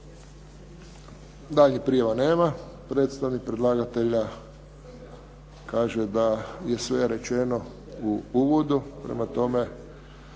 Daljnjih prijava nema. Predstavnik predlagatelja kaže da je sve rečeno u uvodu,